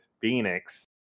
Phoenix